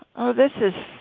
oh, this is.